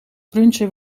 brunchen